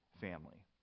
family